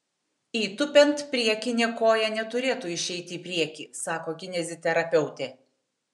įtūpiant priekinė koja neturėtų išeiti į priekį sako kineziterapeutė